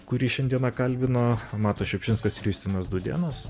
kurį šiandieną kalbino matas šiupšinskas ir justinas dudėnas